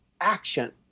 action